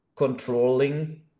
controlling